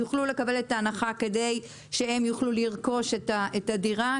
יוכלו לקבל את ההנחה כדי שהם יוכלו לרכוש את הדירה.